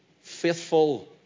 faithful